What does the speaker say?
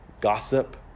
gossip